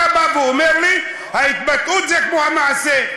אתה בא ואומר לי: ההתבטאות זה כמו המעשה.